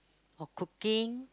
or cooking